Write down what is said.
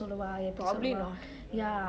probably not